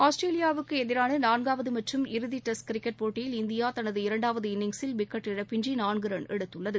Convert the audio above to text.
ஆஸ்திரேலியாவுக்கு எதிராள நான்காவது மற்றும் இறுதி டெஸ்ட் கிரிக்கெட் போட்டியில் இந்தியா தனது இரண்டாவது இன்னிங்சில் விக்கெட் இழப்பின்றி நான்கு ரன் எடுத்துள்ளது